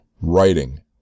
writing